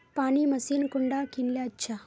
पानी मशीन कुंडा किनले अच्छा?